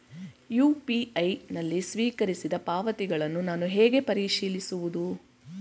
UPI ನಲ್ಲಿ ಸ್ವೀಕರಿಸಿದ ಪಾವತಿಗಳನ್ನು ನಾನು ಹೇಗೆ ಪರಿಶೀಲಿಸುವುದು?